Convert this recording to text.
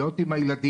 להיות עם הילדים,